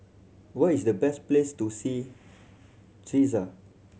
what is the best place to see